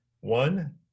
One